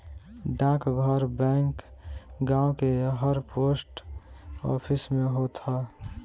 डाकघर बैंक गांव के हर पोस्ट ऑफिस में होत हअ